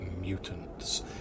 mutants